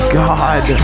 god